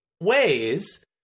ways